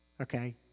okay